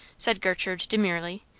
said gertrude demurely,